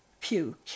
puke